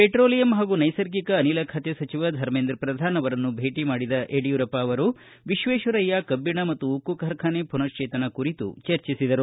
petroleum ಹಾಗೂ ನೈಸರ್ಗಿಕ ಅನಿಲ ಖಾತೆ ಸಚಿವ ಧರ್ಮೇಂಥ ಪ್ರಧಾನ ಅವರನ್ನು ಭೇಟಿ ಮಾಡಿದ ಯಡಿಯೂರಪ್ಪ ವಿಶ್ವೇಶ್ವರಯ್ಕ ಕಬ್ಬಣ ಮತ್ತು ಉಕ್ಕು ಕಾರ್ಖಾನೆ ಪುನಶ್ವೇತನ ಕುರಿತು ಚರ್ಚಿಸಿದರು